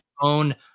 own